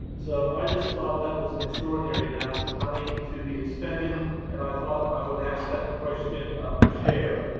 so i just thought that was an extraordinary amount of money to be expended and i thought i would ask that question of the chair.